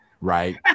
right